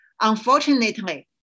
unfortunately